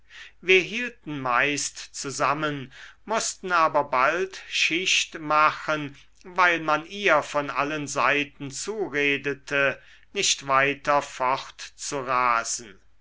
wir hielten meist zusammen mußten aber bald schicht machen weil man ihr von allen seiten zuredete nicht weiter fortzurasen